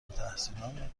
التحصیلان